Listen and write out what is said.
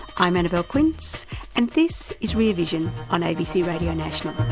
i'm annabelle quince and this is rear vision on abc radio national